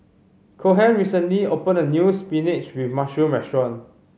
Cohen recently opened a new spinach with mushroom restaurant